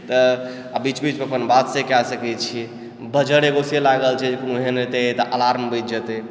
तऽ आ बीच बीचमे अपन बात से कए सकैत छियै बज्जर एगो से लागल छै जे कोनो एहन अतय तऽ अलार्म बाजि जेतय